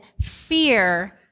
fear